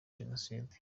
jenoside